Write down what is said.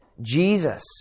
Jesus